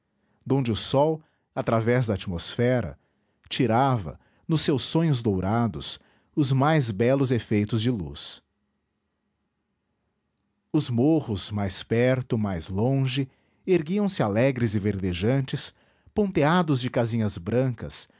donde o sol através da atmosfera tirava nos seus sonhos dourados os mais belos efeitos de luz os morros mais perto mais longe erguiam-se alegres e verdejantes ponteados de casinhas brancas